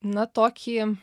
na tokį